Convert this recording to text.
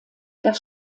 das